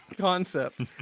concept